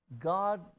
God